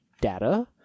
data